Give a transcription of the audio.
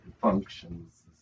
functions